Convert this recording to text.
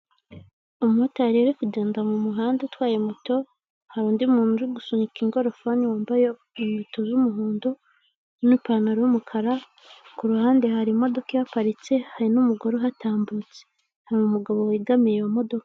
Aha ngaha hari ameza yicayeho abantu bane harimo umugore umwe ndetse n'abagabo batatu, bicaye ku ntebe nziza cyane bose imbere yabo hari indangururamajwi kugirango ngo babashe kumvikana, hakaba hari kandi n'uducupa tw'amazi atunganywa n'uruganda ruzwi cyane mu Rwanda mu gutunganya ibyo kunywa rw'inyange